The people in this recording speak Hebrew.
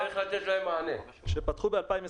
כן, שפתחו ב-2020.